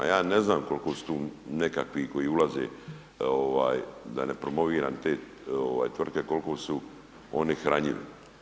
Ja ne znam koliko su tu nekakvi koji ulaze da ne promoviram te tvrtke koliko su oni hranjivi.